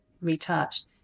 retouched